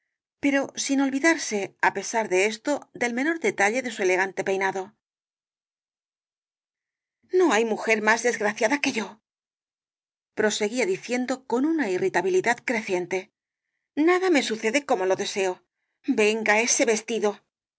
pero sin olvidarse á pesar de esto del menor detalle de su elegante peinado no hay una mujer más desgraciada que yo proseguía diciendo con una irritabilidad creciente nada me sucede como lo deseo venga ese vestido